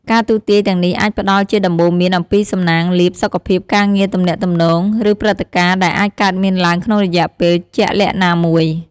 ការទស្សន៍ទាយទាំងនេះអាចផ្តល់ជាដំបូន្មានអំពីសំណាងលាភ សុខភាព ការងារ ទំនាក់ទំនង ឬព្រឹត្តិការណ៍ដែលអាចកើតមានឡើងក្នុងរយៈពេលជាក់លាក់ណាមួយ។